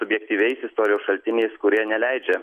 subjektyviais istorijos šaltiniais kurie neleidžia